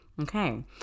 okay